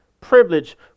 privilege